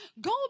Go